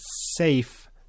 safe